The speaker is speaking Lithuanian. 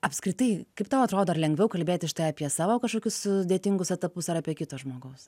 apskritai kaip tau atrodo ir lengviau kalbėti apie savo kažkokius sudėtingus etapus ar apie kito žmogaus